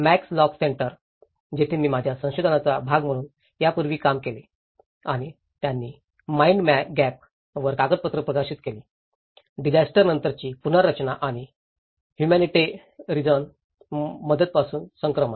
max Lock centre जिथे मी माझ्या संशोधनाचा भाग म्हणून यापूर्वी काम केले आणि त्यांनी माईंड गॅप वर कागदपत्र प्रकाशित केले डिजास्टर नंतरची पुनर्रचना आणि ह्युमॅनिटेरिअन मदत पासून संक्रमण